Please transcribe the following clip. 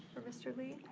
for mr. li?